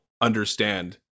understand